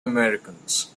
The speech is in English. americans